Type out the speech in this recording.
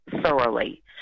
thoroughly